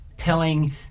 Telling